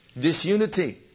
disunity